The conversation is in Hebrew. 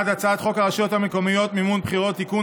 1. הצעת חוק הרשויות המקומיות (מימון בחירות) (תיקון,